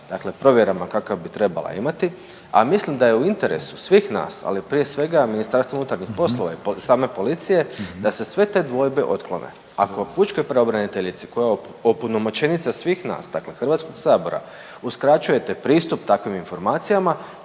onakav provjerama kakve bi trebala imati, a mislim da je u interesu svih nas, ali prije svega MUP-a i same policije da se sve te dvojbe otklone. Ako pučkoj pravobraniteljici koja je opunomoćenica svih nas dakle HS-a uskraćujete pristup takvim informacijama